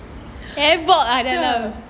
tu ah